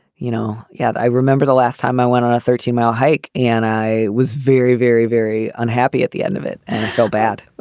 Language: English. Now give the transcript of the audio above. you know. yeah. i remember the last time i went on a thirty mile hike and i was very, very, very unhappy at the end of it and i felt bad.